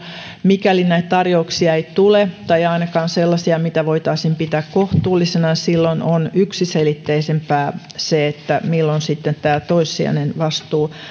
mikäli näitä tarjouksia ei tule tai ainakaan sellaisia mitä voitaisiin pitää kohtuullisina on yksiselitteisempää se milloin sitten tämä toissijainen vastuu